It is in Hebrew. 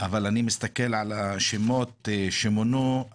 אבל אני מסתכל על השמות שמונו.